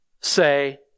say